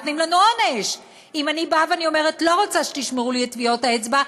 נותנים לנו עונש: אם אני אומרת: לא רוצה שתשמרו לי את טביעות האצבע,